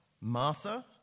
Martha